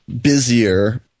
busier